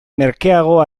merkeago